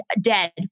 dead